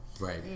Right